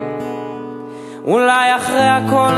סוריה היא